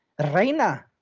Reina